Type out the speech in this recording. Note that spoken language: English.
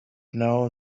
know